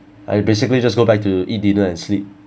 I basically just go back to eat dinner and sleep